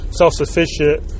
self-sufficient